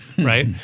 right